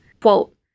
Quote